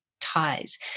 ties